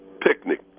picnic